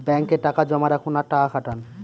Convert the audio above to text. ব্যাঙ্কে টাকা জমা রাখুন আর টাকা খাটান